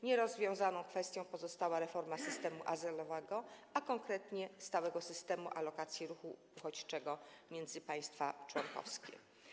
Nierozwiązaną kwestią pozostała reforma systemu azylowego, a konkretnie stałego systemu alokacji ruchu uchodźczego między państwa członkowskie.